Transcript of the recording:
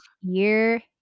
year